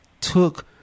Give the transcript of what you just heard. took